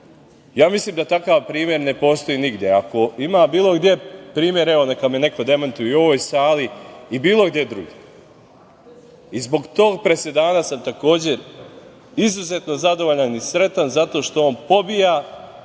mislim da takav primer ne postoji nigde. Ako ima bilo gde primer, evo neka me neko demantuje i u ovoj sali i bilo gde drugde. Zbog tog presedana sam takođe izuzetno zadovoljan i srećan zato što on pobija